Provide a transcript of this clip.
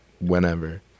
whenever